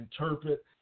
interpret